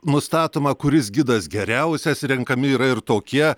nustatoma kuris gidas geriausias renkami yra ir tokie